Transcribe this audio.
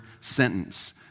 sentence